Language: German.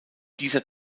dieser